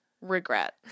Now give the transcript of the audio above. Regret